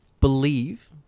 believe